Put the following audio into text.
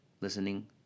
listening